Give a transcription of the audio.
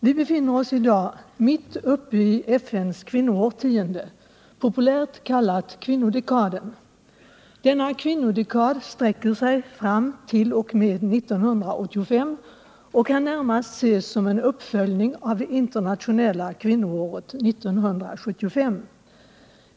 Vi befinner oss i dag mitt uppe i FN:s kvinnoårtionde, populärt kallat kvinnodekaden. Denna kvinnodekad sträcker sig fram t.o.m. 1985 och kan närmast ses som en uppföljning av det internationella kvinnoåret 1975.